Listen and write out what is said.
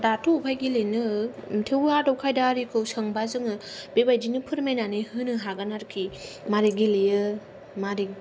दाथ' अबावहाय गेलेनो थेवबो आदब खायदा आरिखौ सोंब्ला जोङो बेबादिनो फोरमायनानै होनो हागोन आरोखि मारै गेलेयो मारै बा